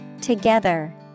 Together